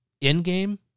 in-game